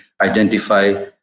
identify